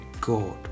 God